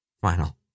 final